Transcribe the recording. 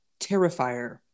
Terrifier